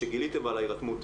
שגיליתם על ההירתמות.